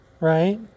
right